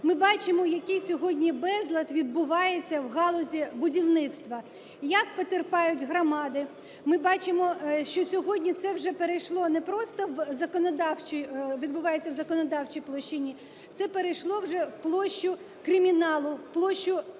Ми бачимо, який сьогодні безлад відбувається в галузі будівництва, як потерпають громади. Ми бачимо, що сьогодні це вже перейшло не просто в законодавчий… відбувається в законодавчій площині, це перейшло вже в площу криміналу, в площу бійок,